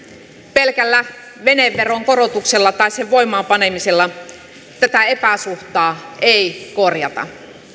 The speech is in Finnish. pelkällä veneveron korotuksella tai sen voimaan panemisella tätä epäsuhtaa ei korjata